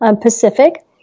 Pacific